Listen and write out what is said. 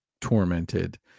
tormented